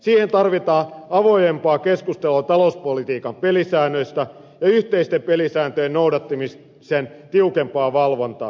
siihen tarvitaan avoimempaa keskustelua talouspolitiikan pelisäännöistä ja yhteisten pelisääntöjen noudattamisen tiukempaa valvontaa